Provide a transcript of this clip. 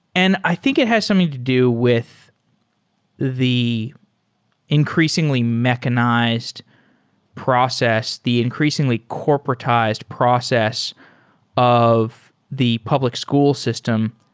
and i think it has something to do with the increasingly mechanized process, the increasingly corporatized process of the public school system.